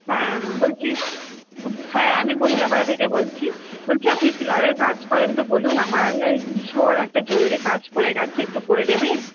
হ্যাঁ বলছি হ্যাঁ আমি মহিলাপাড়া থেকে বলছি বলছি আপনি টেলারের কাজ করেন তো বলুন আমার না ঐ ভীষণ একটা জরুরি কাজ পড়ে গেছে একটু করে দেবেন